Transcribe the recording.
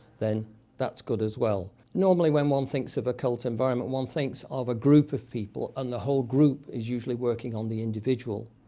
then that's good as well. normally when one thinks of a cult environment, one thinks of a group of people, and the whole group is usually working on the individual.